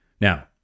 Now